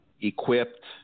equipped